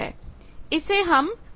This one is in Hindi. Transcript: इसे हम Y1 कह रहे हैं